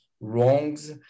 wrongs